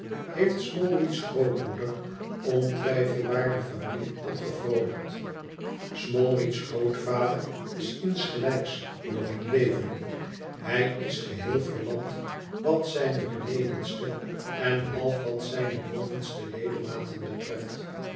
heeft smallweed's grootmoeder ontwijfelbaar de familie opgevroolijkt smallweed's grootvader is insgelijks nog in leven hij is geheel verlamd wat zijne benedenste en half wat zijne bovenste ledematen betreft